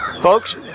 Folks